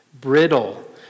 Brittle